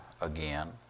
again